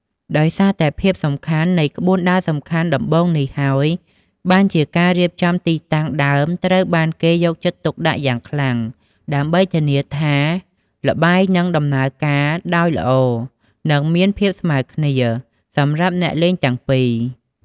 ដោយសារតែភាពសំខាន់នៃក្បួនដើរដំបូង នេះហើយបានជាការរៀបចំទីតាំងដើមត្រូវបានគេយកចិត្តទុកដាក់យ៉ាងខ្លាំង ដើម្បីធានាថាល្បែងនឹងដំណើរការដោយល្អ និងមានភាពស្មើរគ្នា សម្រាប់អ្នកលេងទាំងពីរ។